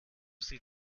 sie